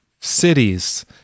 cities